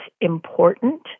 important